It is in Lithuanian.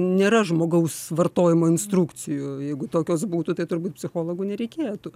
nėra žmogaus vartojimo instrukcijų jeigu tokios būtų tai turbūt psichologų nereikėtų